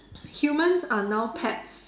humans are now pets